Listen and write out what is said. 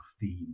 theme